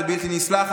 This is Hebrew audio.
זה בלתי נסלח,